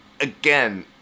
again